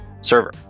server